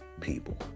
people